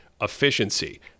efficiency